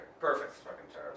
Perfect